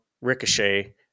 Ricochet